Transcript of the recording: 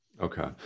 Okay